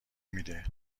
میده